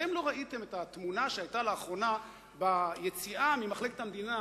אתם לא ראיתם את התמונה שהיתה לאחרונה ביציאה ממחלקת המדינה